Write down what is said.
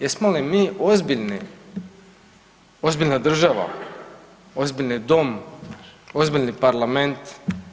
Jesmo li mi ozbiljni, ozbiljna država, ozbiljni dom, ozbiljni parlament?